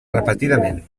repetidament